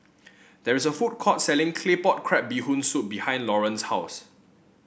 there is a food court selling Claypot Crab Bee Hoon Soup behind Loran's house